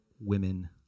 women